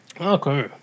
Okay